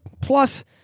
plus